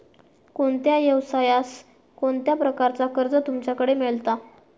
कोणत्या यवसाय कोणत्या प्रकारचा कर्ज तुमच्याकडे मेलता?